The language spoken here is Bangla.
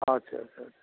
আচ্ছা আচ্ছা আচ্ছা